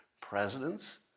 presidents